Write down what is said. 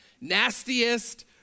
nastiest